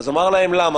הוא שאל אותם: למה?